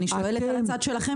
אני שואלת על הצד שלכם בעניין.